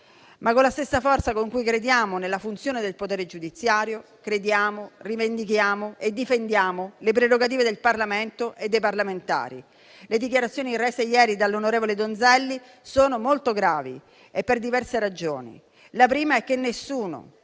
Ma, con la stessa forza con cui crediamo nella funzione del potere giudiziario, crediamo, rivendichiamo e difendiamo le prerogative del Parlamento e dei parlamentari. Le dichiarazioni rese ieri dall'onorevole Donzelli sono molto gravi, per diverse ragioni. La prima è che nessuno,